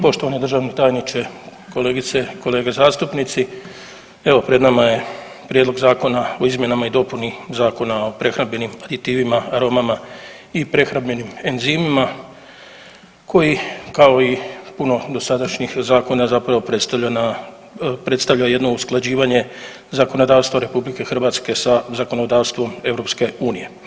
Poštovani državni tajniče, kolegice, kolege zastupnici, evo pred nama je Prijedlog Zakona o izmjeni i dopuni Zakona o prehrambenim aditivima, aromama i prehrambenim enzimima koji kao i puno dosadašnjih zakona zapravo predstavljena, predstavlja jedno usklađivanje zakonodavstva RH sa zakonodavstvom EU.